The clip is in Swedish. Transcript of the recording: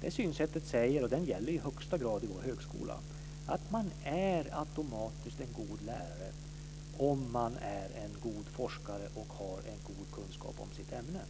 Det synsättet säger - och det gäller i allra högsta grad i vår högskola - att man automatiskt är en god lärare om man är en god forskare och har en god kunskap om sitt ämne.